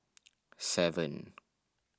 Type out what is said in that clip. seven